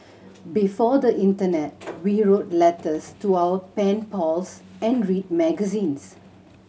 before the internet we wrote letters to our pen pals and read magazines